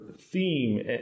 theme